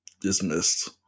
dismissed